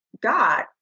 god